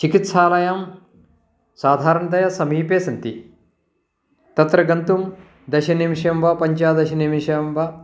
चिकित्सालयं साधारणतया समीपे सन्ति तत्र गन्तुं दशनिमेषं वा पञ्चादशनिमेषं वा